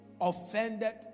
offended